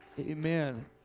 Amen